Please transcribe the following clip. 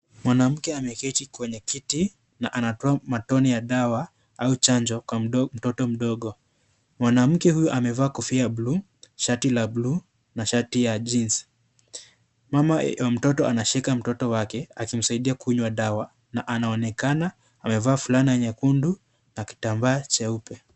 Mwanamke ameketi kwenye kiti na anatoa matone ya dawa au chanjo kwa mtoto mdogo. Mwanamke huyu amevaa kofia ya bluu, shati la bluu na shati ya Jeans . Mama wa mtoto anashika mtoto wake, akimsaidia kunywa dawa na anaonekana amevaa fulana nyekundu na kitambaa cheupe.